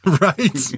Right